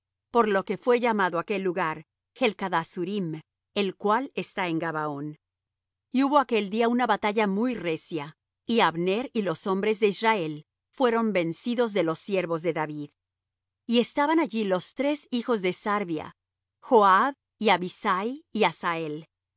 por lo que fué llamado aquel lugar helcath assurim el cual está en gabaón y hubo aquel día una batalla muy recia y abner y los hombres de israel fueron vencidos de los siervos de david y estaban allí los tres hijos de sarvia joab y abisai y asael